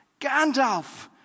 Gandalf